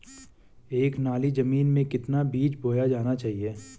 एक नाली जमीन में कितना बीज बोया जाना चाहिए?